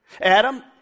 Adam